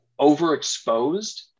overexposed